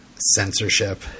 censorship